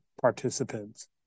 participants